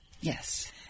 Yes